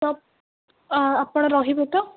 ତ ଆପଣ ରହିବେ ତ